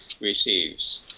receives